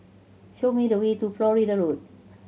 show me the way to Florida Road